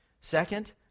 Second